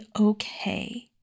okay